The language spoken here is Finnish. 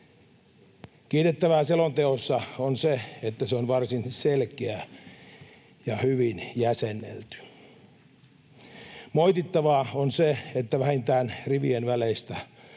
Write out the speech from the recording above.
Kiitettävää selonteossa on se, että se on varsin selkeä ja hyvin jäsennelty. Moitittavaa on se, että vähintään rivien väleistä